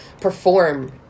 perform